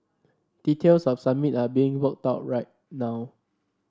details of Summit are being worked out right now